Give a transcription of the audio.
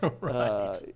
Right